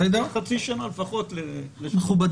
אבל יש חצי שנה לפחות --- מכובדי,